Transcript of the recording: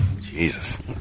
Jesus